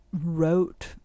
wrote